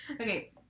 okay